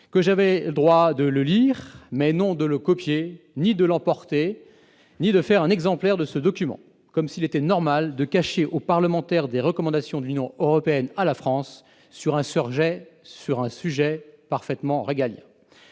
que j'avais le droit de le lire, mais non de le copier ou d'en emporter un exemplaire, comme s'il était normal de cacher aux parlementaires des recommandations de l'Union européenne à la France sur un sujet parfaitement régalien.